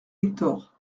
victor